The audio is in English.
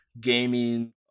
gaming